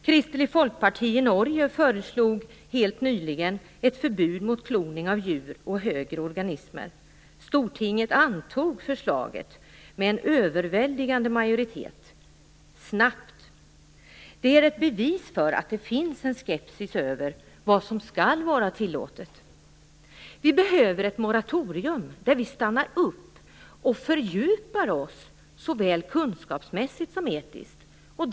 Kristelig Folkeparti i Norge föreslog helt nyligen ett förbjud mot kloning av djur och högre organismer. Stortinget antog snabbt förslaget med en överväldigande majoritet. Det är ett bevis för att det finns en skepsis beträffande vad som skall vara tillåtet. Vi behöver ett moratorium för att stanna upp och fördjupa oss såväl kunskapsmässigt som etiskt.